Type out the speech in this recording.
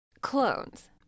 clones